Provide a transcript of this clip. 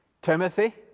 Timothy